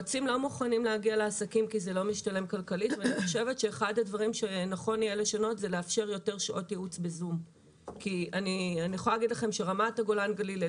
ליועצים והיום אפשר שיועץ מתל אביב ייעץ לעסק ברמת הגולן דרך הזום.